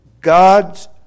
God's